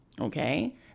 okay